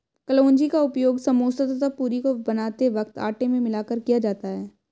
कलौंजी का उपयोग समोसा तथा पूरी को बनाते वक्त आटे में मिलाकर किया जाता है